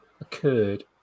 occurred